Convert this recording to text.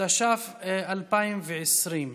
התש"ף 2020,